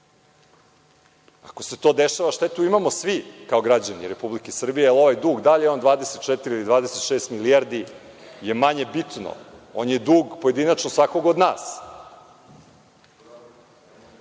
Ako se to dešava, štetu imamo svi kao građani Republike Srbije, a ovaj dug, da li je on 24 ili 26 milijardi, je manje bitno, on je dug pojedinačno svakog od nas.